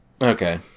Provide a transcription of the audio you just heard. okay